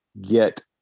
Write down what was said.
get